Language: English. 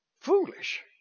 foolish